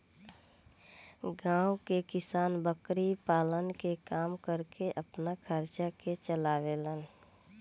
गांव के किसान बकरी पालन के काम करके आपन खर्चा के चलावे लेन